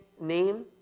name